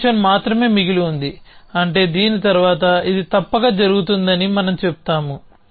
demotion మాత్రమే మిగిలి ఉంది అంటే దీని తర్వాత ఇది తప్పక జరుగుతుందని మనం చెబుతాము